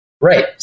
Right